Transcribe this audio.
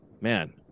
Man